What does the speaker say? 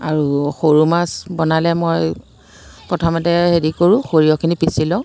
আৰু সৰু মাছ বনালে মই প্ৰথমতে হেৰি কৰোঁ সৰিয়হখিনি পিচি লওঁ